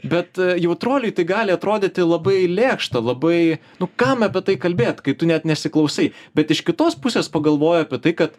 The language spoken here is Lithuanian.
bet jautruoliui tai gali atrodyti labai lėkšta labai nu kam apie tai kalbėt kai tu net nesiklausai bet iš kitos pusės pagalvoju apie tai kad